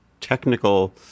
technical